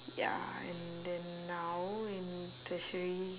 ya and then now in tertiary